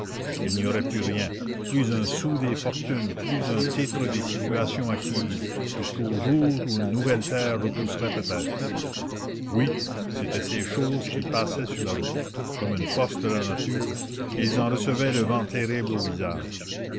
il n'y aurait plus rien plus un sou des fortunes plus un titre des situations acquises jusqu'au jour où une nouvelle terre repousserait peut-être oui c'étaient ces choses qui passaient sur la route comme une force de la nature et ils en recevaient le vent terrible au visage